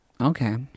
Okay